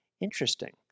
interesting